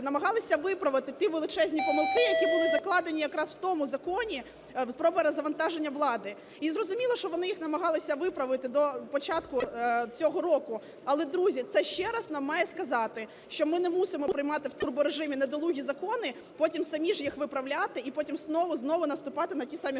намагалися виправити ті величезні помилки, які були закладені якраз в тому Законі про перезавантаження влади. І зрозуміло, що вони їх намагалися виправити до початку цього року. Але, друзі, це ще раз нам має сказати, що ми не мусимо приймати в турборежимі недолугі закони, потім самі ж їх виправляти і потім знову, знову наступати на ті самі